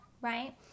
right